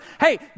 hey